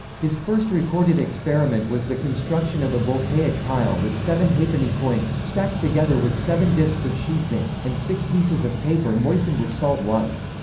his first recorded experiment was the construction of a voltaic pile with seven ha'penny coins, stacked together with seven disks of sheet zinc, and six pieces of paper moistened with salt water.